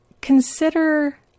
consider